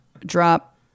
drop